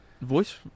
Voice